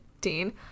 Dean